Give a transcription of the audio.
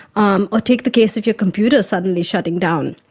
um or take the case of your computer suddenly shutting down,